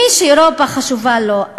ולמי שאירופה חשובה לו,